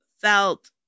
felt